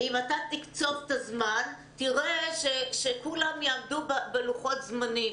אם אתה תקצוב את הזמן תראה שכולם יעמדו בלוחות הזמנים.